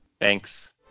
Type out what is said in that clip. Thanks